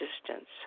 existence